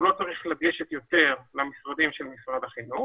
הוא לא צריך לגשת יותר למשרדים של משרד החינוך